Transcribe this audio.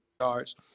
yards